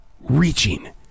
reaching